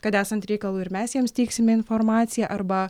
kad esant reikalui ir mes jiems teiksime informaciją arba